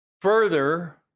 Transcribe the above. further